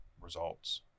results